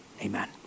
amen